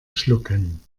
schlucken